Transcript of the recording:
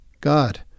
God